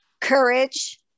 courage